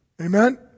Amen